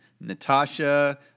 Natasha